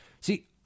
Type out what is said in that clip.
See